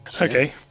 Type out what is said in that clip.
Okay